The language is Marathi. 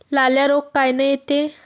लाल्या रोग कायनं येते?